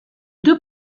deux